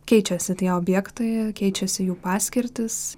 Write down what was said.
keičiasi tie objektai keičiasi jų paskirtys